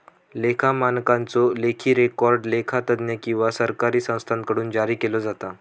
लेखा मानकांचो लेखी रेकॉर्ड लेखा तज्ञ किंवा सरकारी संस्थांकडुन जारी केलो जाता